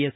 S